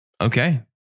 Okay